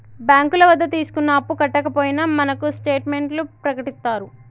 బ్యాంకుల వద్ద తీసుకున్న అప్పు కట్టకపోయినా మనకు స్టేట్ మెంట్లను ప్రకటిత్తారు